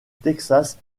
texas